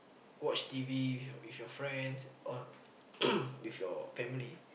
watch T_V with your with your friends or with your family